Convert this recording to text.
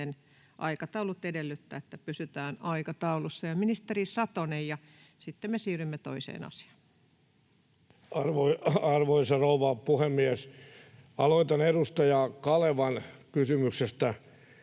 aikataulut edellyttävät, että pysytään aikataulussa. — Ministeri Satonen, ja sitten me siirrymme toiseen asiaan. Arvoisa rouva puhemies! Aloitan edustaja Kalevan kysymyksestä